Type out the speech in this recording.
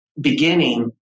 beginning